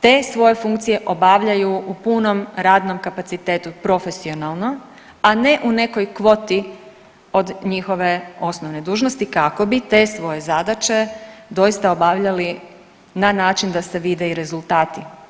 te svoje funkcije obavljaju u punom radnom kapacitetu profesionalno, a ne u nekoj kvoti od njihove osnovne dužnosti kako bi te svoje zadaće doista obavljali na način da se vide i rezultati.